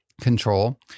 control